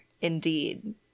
indeed